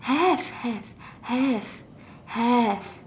have have have have